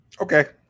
Okay